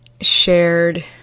shared